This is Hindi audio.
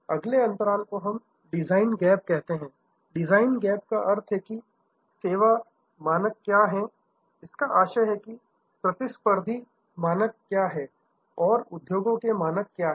अगले अंतराल को डिजाइन गैप कहते हैं डिजाइन गैप का अर्थ हैकी सेवा स्टैंडर्ड मानक क्या है इसका आशय है कि प्रतिस्पर्धी स्टैंडर्ड क्या है और उद्योगों के स्टैंडर्ड क्या है